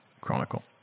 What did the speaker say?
chronicle